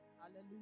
hallelujah